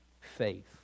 faith